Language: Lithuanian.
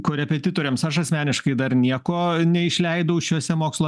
korepetitoriams aš asmeniškai dar nieko neišleidau šiuose mokslo